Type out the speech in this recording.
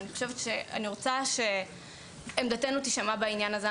ואני רוצה שעמדתנו תישמע בעניין הזה.